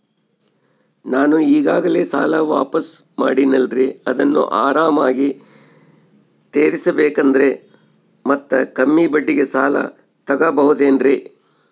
ನಾನು ಈಗಾಗಲೇ ಸಾಲ ವಾಪಾಸ್ಸು ಮಾಡಿನಲ್ರಿ ಅದನ್ನು ಆರಾಮಾಗಿ ತೇರಿಸಬೇಕಂದರೆ ಮತ್ತ ಕಮ್ಮಿ ಬಡ್ಡಿಗೆ ಸಾಲ ತಗೋಬಹುದೇನ್ರಿ?